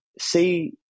see